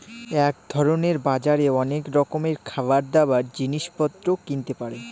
এক ধরনের বাজারে অনেক রকমের খাবার, দাবার, জিনিস পত্র কিনতে পারে